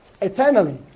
eternally